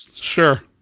Sure